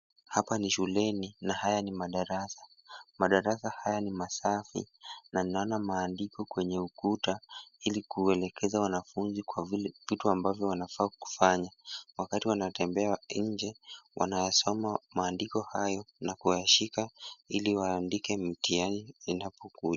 Hapa ni shuleni na haya ni madarasa. Madarasa haya ni masafi na naona maandiko kwenye ukuta ili kuelekeza wanafunzi kwa vile vitu ambavyo wanafaa kufanya. Wakati wanatembea nje, wanayasoma maandiko hayo na kuyashika ili waandike mtihani inapokuja.